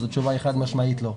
התשובה היא חד משמעית לא.